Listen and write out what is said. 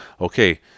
okay